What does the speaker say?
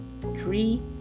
three